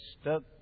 stuck